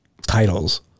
titles